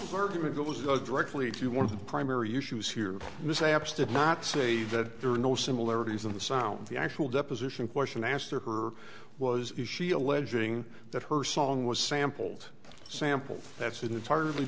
the argument goes directly to one of the primary issues here mishaps did not say that there were no similarities in the sound the actual deposition question asked her was is she alleging that her song was sampled samples that's an entirely